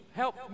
help